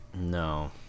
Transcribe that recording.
No